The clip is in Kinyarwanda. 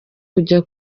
kujya